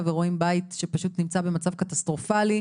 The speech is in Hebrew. ורואים בית שפשוט נמצא במצב קטסטרופלי.